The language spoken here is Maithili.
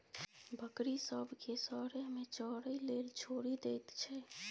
बकरी सब केँ सरेह मे चरय लेल छोड़ि दैत छै